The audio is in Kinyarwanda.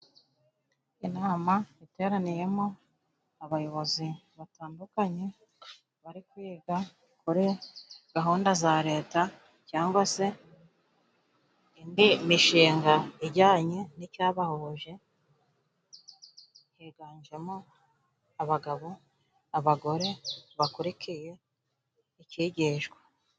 Inama yateraniyemo abayobozi batandukanye bari kuganira kuri gahunda za Leta, cyangwa se indi mishinga ijyanye n'icyabahuje. Higanjemo abagabo, abagore bakurikiye icyigishwa.